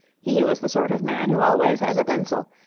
he was the sort of man who always has a pencil,